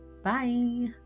Bye